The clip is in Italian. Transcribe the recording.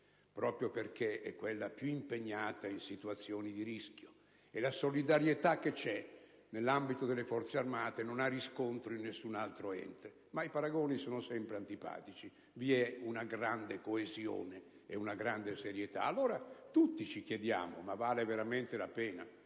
proprio perché è quella più impegnata in situazioni di rischio. La solidarietà che c'è nell'ambito delle Forze armate non ha riscontro in nessun altro ente. Ma i paragoni sono sempre antipatici: diciamo che vi è una grande coesione e serietà. Allora, tutti ci chiediamo se vale veramente la pena,